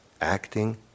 acting